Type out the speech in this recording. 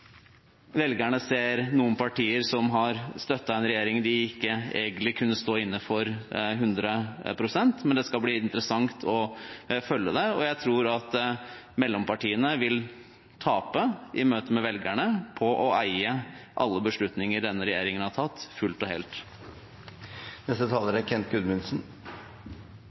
velgerne ser noen partier som har støttet en regjering de ikke egentlig kunne stå inne for 100 pst., men det skal bli interessant å følge med. Jeg tror at mellompartiene i møte med velgerne vil tape på å eie alle beslutninger denne regjeringen har tatt, fullt og helt. Når jeg hører på debatten her i dag, er